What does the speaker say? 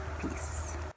Peace